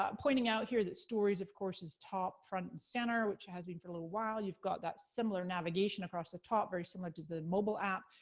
pointing out here that stories, of course, is top, front, and center. which has been for a little while. you got that similar navigation across the top, very similar to the mobile app.